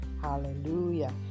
Hallelujah